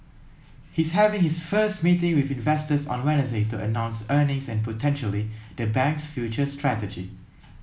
he's having his first meeting with investors on Wednesday to announce earnings and potentially the bank's future strategy